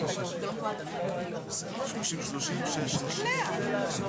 אני גר בנווה יעקב, על צלע ההר.